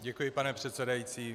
Děkuji, pane předsedající.